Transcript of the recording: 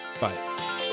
Bye